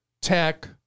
tech